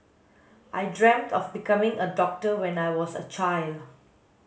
I dreamt of becoming a doctor when I was a child